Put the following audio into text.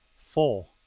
four.